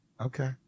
Okay